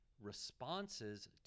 responses